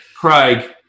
Craig